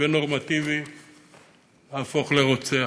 ונורמטיבי להפוך לרוצח?